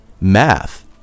math